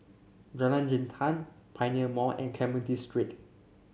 Jalan Jintan Pioneer Mall and Clementi Street